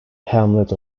hamlet